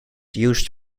used